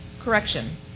correction